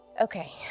Okay